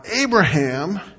Abraham